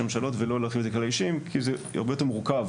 ממשלות ולא להרחיב את זה לכלל האישים כי זה הרבה יותר מורכב